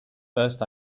first